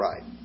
right